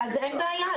אז אין בעיה.